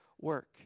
work